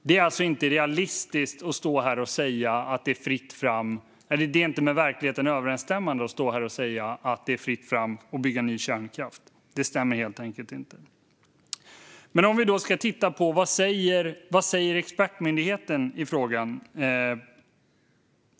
Det är alltså inte med verkligheten överensstämmande att det är fritt fram att bygga ny kärnkraft. Det stämmer helt enkelt inte. Vad säger då expertmyndigheten i frågan?